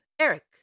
Eric